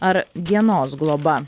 ar dienos globa